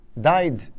died